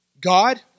God